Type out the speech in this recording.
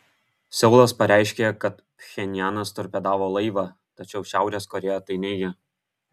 seulas pareiškė kad pchenjanas torpedavo laivą tačiau šiaurės korėja tai neigia